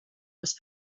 must